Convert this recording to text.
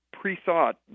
pre-thought